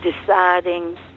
deciding